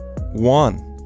one